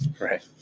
right